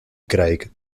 craig